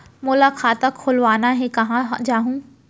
मोला खाता खोलवाना हे, कहाँ जाहूँ?